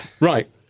Right